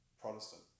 Protestant